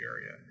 area